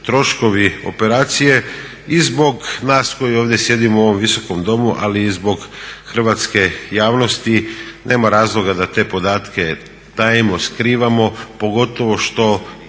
troškovi operacije i zbog nas koji ovdje sjedimo u ovom visokom domu, ali i zbog hrvatske javnosti. Nema razloga da te podatke tajimo, skrivamo, pogotovo što